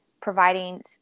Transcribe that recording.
providing